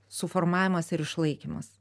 suformavimas ir išlaikymas